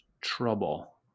trouble